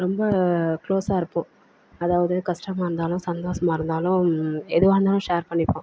ரொம்ப க்ளோஸாக இருப்போம் அதாவது கஷ்டமா இருந்தாலும் சந்தோஷமா இருந்தாலும் எதுவாக இருந்தாலும் ஷேர் பண்ணிப்போம்